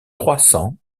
croissants